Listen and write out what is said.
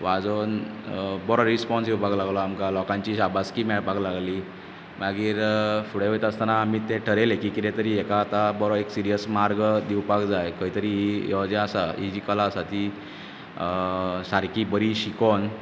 वाजोवन बरो रिस्पोन्स येवपाक लागलो आमकां लोकांची शाबासकी मेळपाक लागली मागीर फुडें वयता आसतना आमी तें थारयलें की कितें तरी हेका आता बरो एक सिरियस मार्ग दिवपाक जाय खंय तरी हो जें आसा ही जी कला आसा ती सारकी बरी शिकोवन